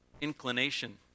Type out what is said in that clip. inclination